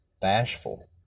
bashful